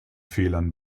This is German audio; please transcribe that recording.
fehlern